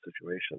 situation